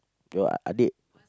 your adik